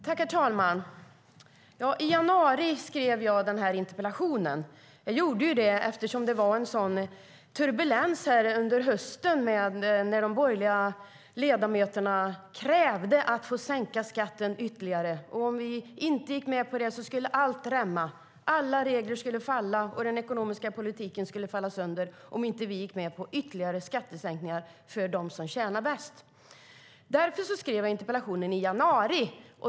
Herr talman! Jag skrev den här interpellationen i januari. Jag gjorde det eftersom det var en sådan turbulens här under hösten när de borgerliga ledamöterna krävde att skatten skulle sänkas ytterligare. Om vi inte gick med på det skulle allt rämna. Alla regler skulle falla. Och den ekonomiska politiken skulle falla sönder om inte vi gick med på ytterligare skattesänkningar för dem som tjänar mest. Därför skrev jag interpellationen i januari.